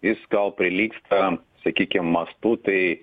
jis gal prilygsta sakykim mastu tai